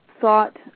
thought